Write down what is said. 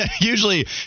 Usually